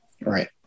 Right